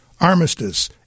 Armistice